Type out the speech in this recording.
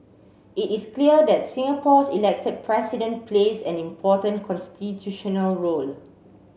it is clear that Singapore's elected president plays an important constitutional role